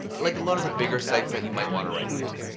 like a lot of the bigger sites that you might want to write for.